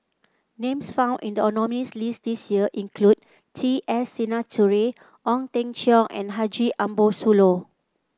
names found in the nominees' list this year include T S Sinnathuray Ong Teng Cheong and Haji Ambo Sooloh